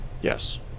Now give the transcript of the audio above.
Yes